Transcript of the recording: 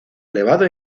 elevado